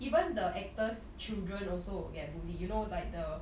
even the actor's children also will get bullied you know like the